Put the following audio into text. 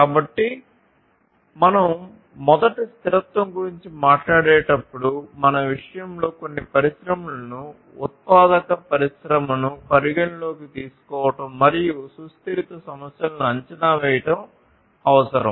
కాబట్టి మనం మొదట స్థిరత్వం గురించి మాట్లాడేటప్పుడు మన విషయంలో కొన్ని పరిశ్రమలను ఉత్పాదక పరిశ్రమను పరిగణనలోకి తీసుకోవడం మరియు సుస్థిరత సమస్యలను అంచనా వేయడం అవసరం